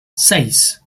seis